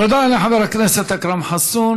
תודה רבה לחבר הכנסת אכרם חסון.